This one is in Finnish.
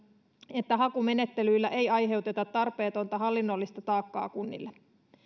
että hakumenettelyillä ei aiheuteta tarpeetonta hallinnollista taakkaa kunnille